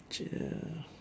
change